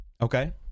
Okay